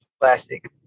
Plastic